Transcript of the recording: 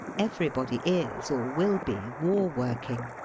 everybody is or will be war-working.